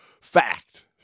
Fact